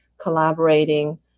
collaborating